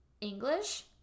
English